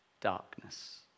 Darkness